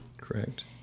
Correct